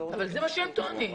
אבל זה מה שהם טוענים.